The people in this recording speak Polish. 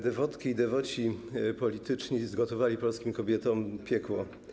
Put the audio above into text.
Dewotki i dewoci polityczni zgotowali polskim kobietom piekło.